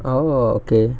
oh okay